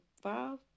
five